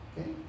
Okay